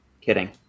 Kidding